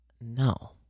No